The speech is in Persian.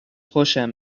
خوشم